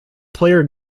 player